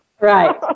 Right